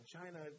China